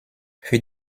für